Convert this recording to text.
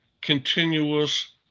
continuous